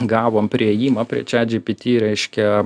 gavom priėjimą prie chatgpt reiškia